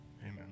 amen